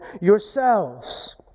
yourselves